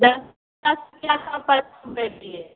दस दस रूपैआ सब पर कम करि दिए